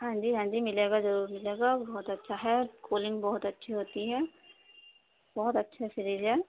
ہاں جی ہاں جی ملے گا ضرور ملے گا بہت اچھا ہے کولنگ بہت اچھی ہوتی ہے بہت اچھے فریج ہے